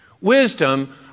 Wisdom